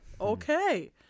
okay